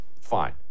Fine